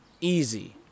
Easy